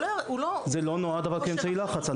הוא לא --- זה לא נועד כאמצעי לחץ.